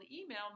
email